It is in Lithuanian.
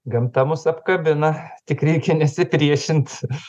gamta mus apkabina tik reikia nesipriešint